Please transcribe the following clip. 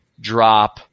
drop